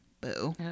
Boo